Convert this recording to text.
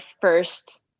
first